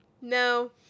No